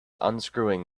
unscrewing